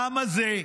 העם הזה,